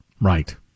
Right